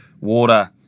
Water